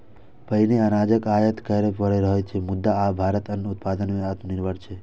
पहिने अनाजक आयात करय पड़ैत रहै, मुदा आब भारत अन्न उत्पादन मे आत्मनिर्भर छै